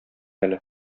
әле